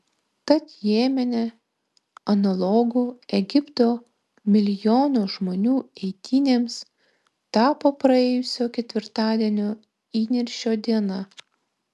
tad jemene analogu egipto milijono žmonių eitynėms tapo praėjusio ketvirtadienio įniršio diena